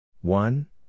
One